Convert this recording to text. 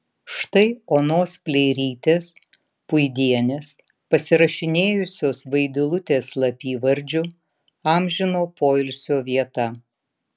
štai onos pleirytės puidienės pasirašinėjusios vaidilutės slapyvardžiu amžino poilsio vieta